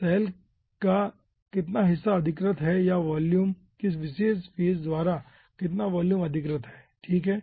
cell का कितना हिस्सा अधिकृत है या वॉल्यूम किसी विशेष फेज द्वारा कितना वॉल्यूम अधिकृत है ठीक है